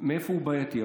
מאיפה הוא בעייתי.